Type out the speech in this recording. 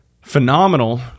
phenomenal